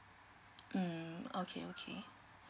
mm okay okay